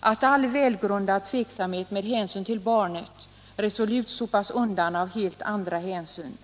att all välgrundad tveksamhet med hänsyn till barnet resolut sopas undan av helt andra hänsyn.